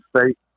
state